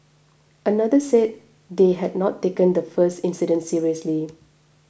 another said they had not taken the first incident seriously